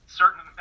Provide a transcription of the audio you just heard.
certain